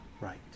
right